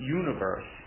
universe